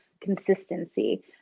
consistency